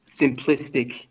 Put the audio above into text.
simplistic